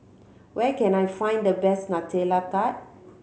where can I find the best Nutella Tart